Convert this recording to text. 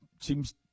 seems